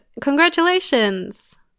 congratulations